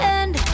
end